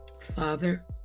Father